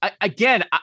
again